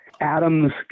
adams